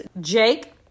Jake